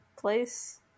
place